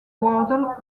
wardle